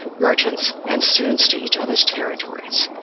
merchants, and students to each other's territories.